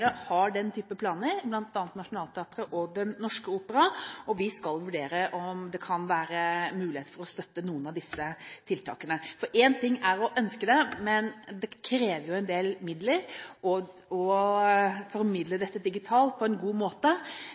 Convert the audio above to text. har den typen planer, bl.a. Nationaltheatret og Den Norske Opera, og vi skal vurdere om det kan være mulighet for å støtte noen av disse tiltakene. Én ting er å ønske det, men det krever en del midler å formidle dette digitalt på en god måte.